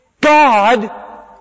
God